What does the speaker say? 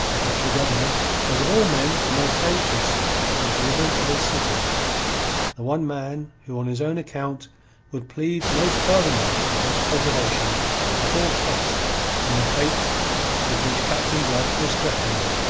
the deputy-governor was of all men the most anxious for the deliverance of his city, the one man who on his own account would plead most fervently for its preservation at all costs from the fate with which captain blood was threatening it.